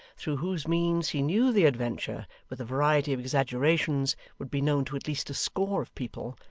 through whose means he knew the adventure, with a variety of exaggerations, would be known to at least a score of people,